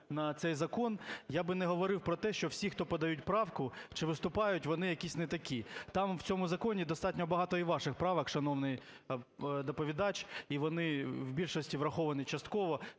на цей закон, я би не говорив про те, що всі, хто подають правку чи виступають, вони якісь не такі. Там в цьому законі достатньо багато і ваших правок, шановний доповідач, і вони в більшості враховані частково.